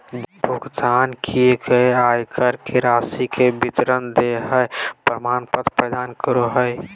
भुगतान किए गए आयकर के राशि के विवरण देहइ प्रमाण पत्र प्रदान करो हइ